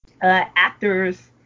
actors